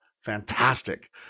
fantastic